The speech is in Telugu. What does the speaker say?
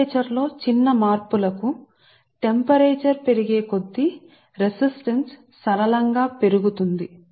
ఉష్ణోగ్రత లో చిన్న మార్పులకు ఉష్ణోగ్రత పెరిగే కొద్దీ రెసిస్టన్స్ తక్కువగాపెరుగుతుంది